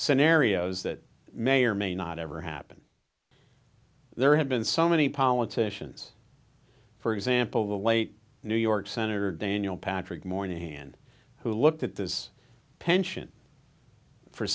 scenarios that may or may not ever happen there have been so many politicians for example the late new york senator daniel patrick moynihan who looked at this pension for